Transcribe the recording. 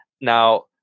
Now